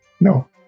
No